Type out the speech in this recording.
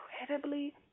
incredibly